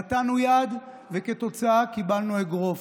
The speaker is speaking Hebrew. נתנו יד, וכתוצאה, קיבלנו אגרוף.